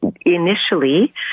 Initially